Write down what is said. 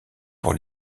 pour